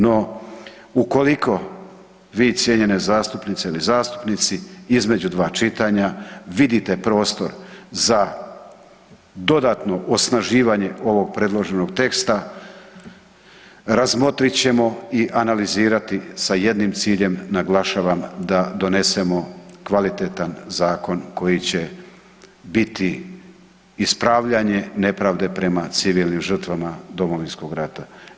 No ukoliko vi cijenjene zastupnice i zastupnici između dva čitanja vidite prostor za dodatno osnaživanje ovog predloženog teksta, razmotrit ćemo i analizirati sa jednim ciljem, naglašavam da donesemo kvalitetan zakon koji će biti ispravljanje nepravde prema civilnim žrtvama Domovinskog rata.